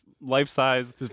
life-size